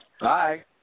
Bye